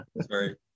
Sorry